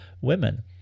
women